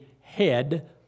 head